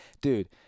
Dude